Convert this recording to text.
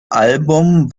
album